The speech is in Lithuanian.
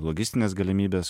logistinės galimybės